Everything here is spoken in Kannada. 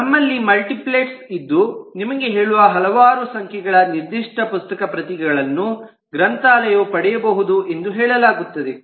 ನಮ್ಮಲ್ಲಿ ಮಲ್ಟಿಪ್ಲ್ಸ್ ಇದ್ದು ನಿಮಗೆ ಹೇಳುವ ಹಲವಾರು ಸಂಖ್ಯೆಗಳ ನಿರ್ಧಿಷ್ಟ ಪುಸ್ತಕ ಪ್ರತಿಗಳನ್ನು ಗ್ರಂಥಾಲಯವು ಪಡೆಯಬಹುದು ಎಂದು ಹೇಳಲಾಗುತ್ತದೆ